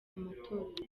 amatorero